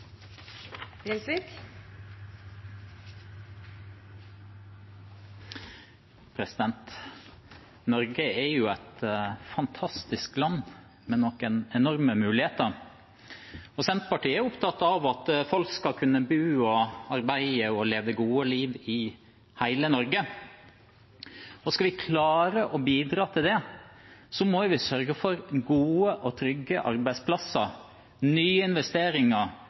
opptatt av at folk skal kunne bo, arbeide og leve et godt liv i hele Norge. Skal vi klare å bidra til det, må vi sørge for gode og trygge arbeidsplasser og nye investeringer